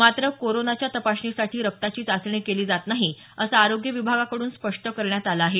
मात्र कोरोनाच्या तपासणीसाठी रक्ताची चाचणी केली जात नाही असं आरोग्य विभागाकड्रन स्पष्ट करण्यात आलं आहे